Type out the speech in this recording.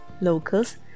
locals